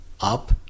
up